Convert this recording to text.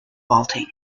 vaulting